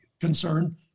concern